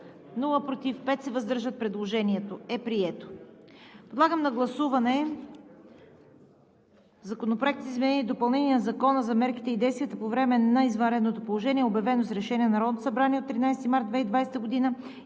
против няма, въздържали се 5. Предложението е прието. Подлагам на гласуване Законопроект за изменение и допълнение на Закона за мерките и действията по време на извънредното положение, обявено с решение на Народното